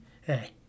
Hey